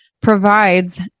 provides